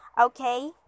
Okay